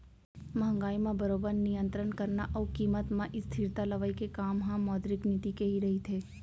महंगाई म बरोबर नियंतरन करना अउ कीमत म स्थिरता लवई के काम ह मौद्रिक नीति के ही रहिथे